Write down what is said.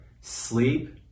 sleep